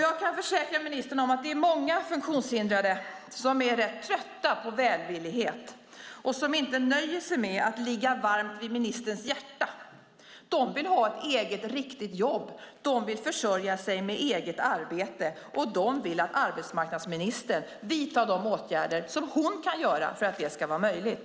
Jag kan försäkra ministern om att det är många funktionshindrade som är rätt trötta på välvillighet och som inte nöjer sig med att ligga varmt vid ministerns hjärta. De vill ha ett eget riktigt jobb. De vill försörja sig med eget arbete, och de vill att arbetsmarknadsministern vidtar de åtgärder som hon kan göra för att det ska vara möjligt.